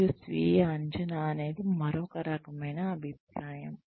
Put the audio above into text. మరియు స్వీయ అంచనా అనేది మరొక రకమైన అభిప్రాయం